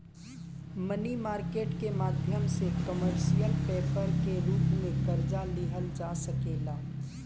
मनी market के माध्यम से कमर्शियल पेपर के रूप में कर्जा लिहल जा सकेला